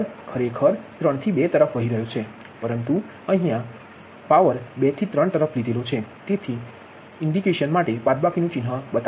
પરંતુ અહીયા 2 થી 3 તરફ છે તેથી બાદબાકી નુ ચિહ્ન બતાવ્યુ છે